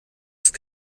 ist